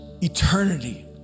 eternity